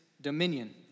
dominion